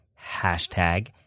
hashtag